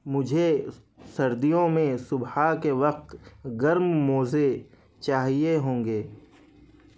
مجھے سردیوں میں صبح کے وقت گرم موزے چاہیے ہوں گے